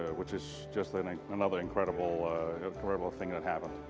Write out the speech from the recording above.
which is just like another incredible incredible thing that happened.